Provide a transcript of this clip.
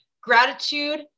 gratitude